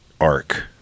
arc